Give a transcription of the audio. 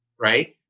right